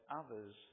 others